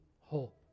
hope